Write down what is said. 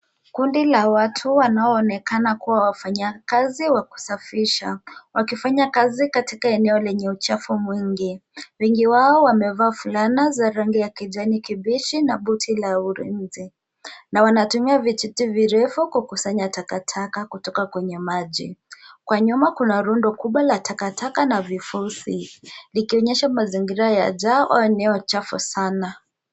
Kundi la watu wanaoonekana kuwa wafanyakazi wa kusafisha, wakifanya kazi katika eneo lenye uchafu mwingi. Wengi wao wamevaa fulana za rangi ya kijani kibichi na buti la ulinzi, na wanatumia viji virefu kwa kukusanya takataka kutoka kwenye maji. Kwa nyuma kuna rundo kubwa la takataka na vifuswi, vikionyesha mazingira yajaa au eneo chafu sana.